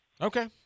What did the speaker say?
Okay